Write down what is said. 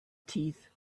teeth